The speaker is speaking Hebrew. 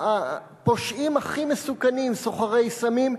הפושעים הכי מסוכנים, סוחרי סמים.